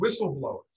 whistleblowers